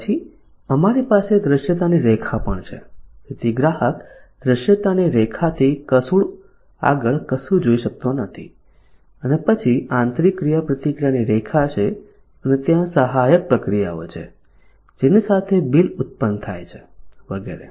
પછી અમારી પાસે દૃશ્યતાની રેખા પણ છે તેથી ગ્રાહક દૃશ્યતાની રેખાથી આગળ કશું જોઈ શકતો નથી અને પછી આંતરિક ક્રિયાપ્રતિક્રિયાની રેખા છે અને ત્યાં સહાયક પ્રક્રિયાઓ છે જેની સાથે બિલ ઉત્પન્ન થાય છે વગેરે